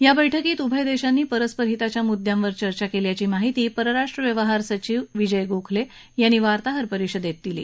या बैठकीत उभय देशांनी परस्पर हिताच्या म्द्यांवर चर्चा केल्याची माहिती परराष्ट्र व्यवहार सचिव विजय गोखले यांनी वार्ताहर परिषदेत दिली